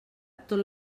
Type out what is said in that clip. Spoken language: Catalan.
tot